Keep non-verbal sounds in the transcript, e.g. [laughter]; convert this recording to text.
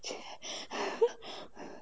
[laughs]